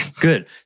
Good